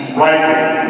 rightly